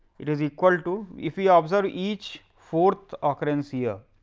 it is equal to if we ah observe each fourth occurrence here,